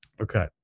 Okay